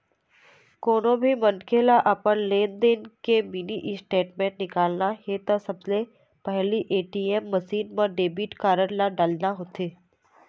कोनो भी मनखे ल अपन लेनदेन के मिनी स्टेटमेंट निकालना हे त सबले पहिली ए.टी.एम मसीन म डेबिट कारड ल डालना होथे